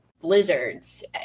blizzards